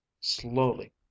slowly